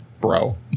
bro